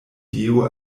dio